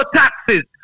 taxes